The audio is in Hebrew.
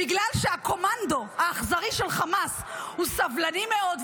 בגלל שהקומנדו האכזרי של חמאס הוא סבלני מאוד,